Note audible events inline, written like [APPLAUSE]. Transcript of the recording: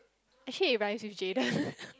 actually it rhymes with Jayden [LAUGHS]